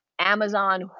Amazon